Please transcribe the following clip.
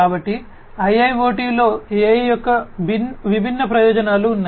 కాబట్టి IIoT లో AI యొక్క విభిన్న ప్రయోజనాలు ఉన్నాయి